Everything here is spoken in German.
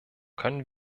können